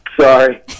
Sorry